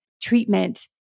treatment